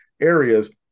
areas